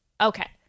Okay